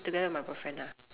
together with my boyfriend ah